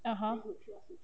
(uh huh)